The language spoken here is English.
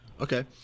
Okay